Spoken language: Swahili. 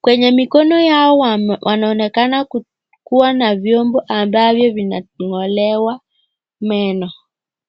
kwenye mikono yao wanaoneka kuwa na vyombo ambavyo vinang'olewa meno.